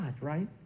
right